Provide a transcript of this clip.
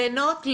ליהנות,